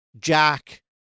Jack